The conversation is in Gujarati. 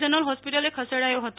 જનરલ હોસ્પિટલ ખસેડાયો હતો